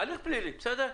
הליך פלילי, בסדר.